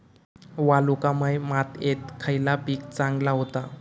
वालुकामय मातयेत खयला पीक चांगला होता?